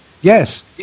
Yes